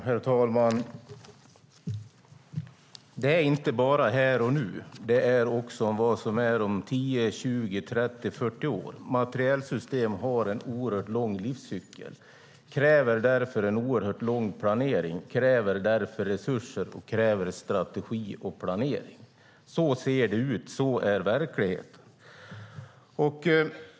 Herr talman! Det är inte bara här och nu. Det är också vad som är om 10, 20, 30, 40 år. Materielsystem har en oerhört lång livscykel. Det kräver därför en oerhört lång planering. Det kräver därför resurser, och det kräver strategi och planering. Så ser det ut. Så är verkligheten.